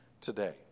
today